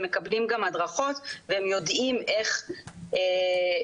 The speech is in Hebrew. הם מקבלים גם הדרכות והם יודעים איך להגיש